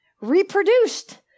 Reproduced